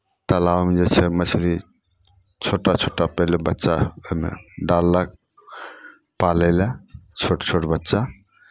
तालाबमे जे छै मछली छोटा छोटा पहिले बच्चा ओहिमे डाललक पालय लए छोट छोट बच्चा